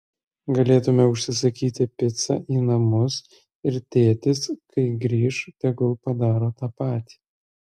galėtumei užsisakyti picą į namus ir tėtis kai grįš tegul padaro tą patį